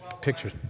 pictures